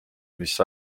mis